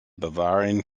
bavarian